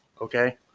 Okay